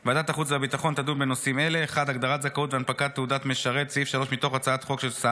3. ביצוע, תקנות והוראת מעבר, סעיף 6 מתוך הצעת